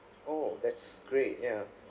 oh that's great ya